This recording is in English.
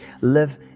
live